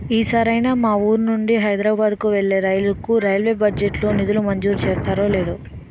ఈ సారైనా మా వూరు నుండి హైదరబాద్ కు వెళ్ళే రైలుకు రైల్వే బడ్జెట్ లో నిధులు మంజూరు చేస్తారో లేదో